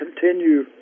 continue